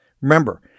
Remember